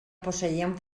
posseïen